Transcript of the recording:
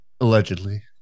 Allegedly